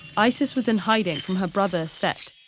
isis was in hiding from her brother set,